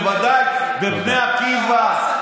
בוודאי בבני עקיבא,